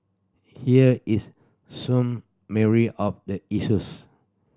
here is summary of the issues